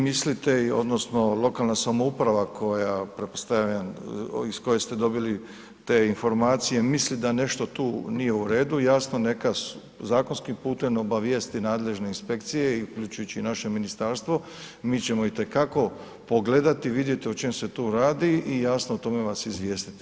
Ako vi mislite odnosno lokalna samouprava koja pretpostavljam iz koje ste dobili te informacije misli da nešto tu nije u redu, jasno, neka zakonskim putem obavijesti nadležne inspekcije uključujući i naše ministarstvo, mi ćemo itekako pogledati, vidjeti o čemu se tu radi i jasno, o tome vas izvijestiti.